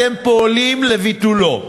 אתם פועלים לביטולו,